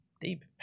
Deep